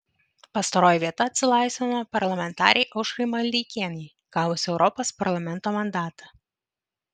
pastaroji vieta atsilaisvino parlamentarei aušrai maldeikienei gavus europos parlamento mandatą